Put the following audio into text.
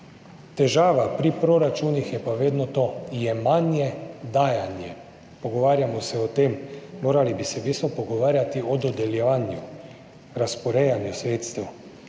Težava pri proračunih je pa vedno to – jemanje, dajanje, pogovarjamo se o tem, morali bi se pa v bistvu pogovarjati o dodeljevanju, razporejanju sredstev.